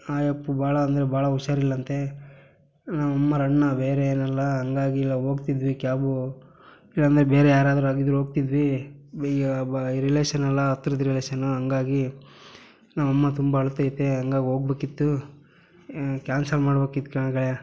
ಆ ಯಪ್ಪ ಭಾಳ ಅಂದ್ರೆ ಭಾಳ ಹುಷಾರು ಇಲ್ಲಂತೆ ನಮ್ಮ ಅಮ್ಮವ್ರ ಅಣ್ಣ ಬೇರೆ ಏನಲ್ಲ ಹಾಗಾಗಿ ಇಲ್ಲ ಹೋಗ್ತಿದ್ವಿ ಕ್ಯಾಬು ಇಲ್ಲ ಅಂದ್ರೆ ಬೇರೆ ಯಾರಾದರೂ ಆಗಿದ್ರೆ ಹೋಗ್ತಿದ್ವಿ ಈಗ ಈ ರಿಲೇಷನ್ ಅಲ್ವಾ ಹತ್ರದ ರಿಲೇಷನ್ನು ಹಾಗಾಗಿ ನಮ್ಮ ಅಮ್ಮ ತುಂಬ ಅಳ್ತೈತೆ ಹಂಗಾಗಿ ಹೋಗ್ಬೇಕಿತ್ತು ಕ್ಯಾನ್ಸಲ್ ಮಾಡ್ಬೇಕಿತ್ತು ಕಣೋ ಗೆಳೆಯ